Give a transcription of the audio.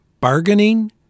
bargaining